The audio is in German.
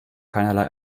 keinerlei